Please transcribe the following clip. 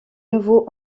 nouveau